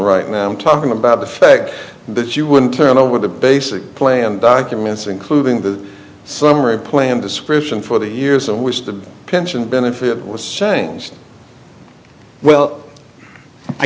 right now i'm talking about the fact that you wouldn't turn over the basic plan documents including the summary plan description for the years in which the pension benefit was changed well i